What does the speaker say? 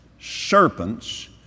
serpents